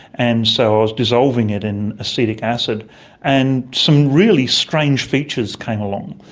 and so i was dissolving it in acetic acid and some really strange features came along.